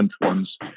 ones